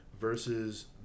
versus